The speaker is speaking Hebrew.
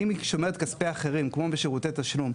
אם היא שומרת כספי אחרים כמו בשירותי תשלום,